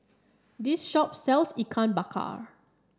this shop sells Ikan Bakar